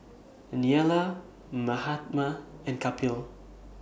Neila Mahatma and Kapil